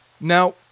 now